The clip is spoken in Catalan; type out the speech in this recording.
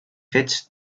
fets